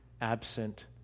absent